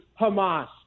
Hamas